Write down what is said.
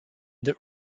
that